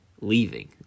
leaving